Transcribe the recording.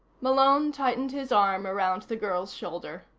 malone tightened his arm around the girl's shoulder.